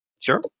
Sure